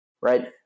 Right